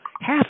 half